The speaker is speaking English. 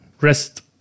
rest